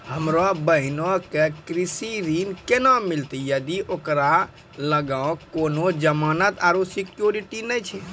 हमरो बहिनो के कृषि ऋण केना मिलतै जदि ओकरा लगां कोनो जमानत आरु सिक्योरिटी नै छै?